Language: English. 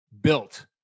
built